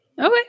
Okay